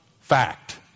fact